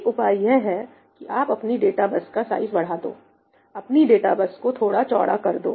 एक उपाय यह है कि आप अपनी डाटा बस का साइज बढ़ा दो अपनी डाटा बस को थोड़ा चौड़ा करदो